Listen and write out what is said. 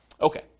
Okay